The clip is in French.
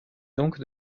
donc